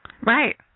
Right